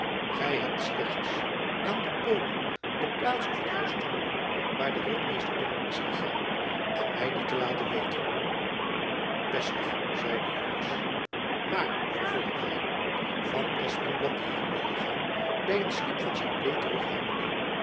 gy hebt slechts aan den bode de plaats of het huis te noemen waar de ritmeester binnen is gegaan en my die te laten weten bestig zeide joris mair vervolgde hy van espenblad die heen wilde gaan by een slip van zijn kleed terughoudende